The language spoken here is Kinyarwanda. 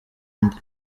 indi